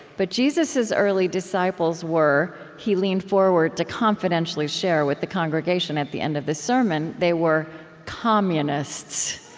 but jesus's early disciples were' he leaned forward to confidentially share with the congregation at the end of the sermon, they were communists